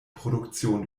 produktion